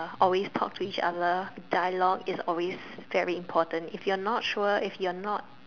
always talk to each other dialogue is always very important if you are not sure you're not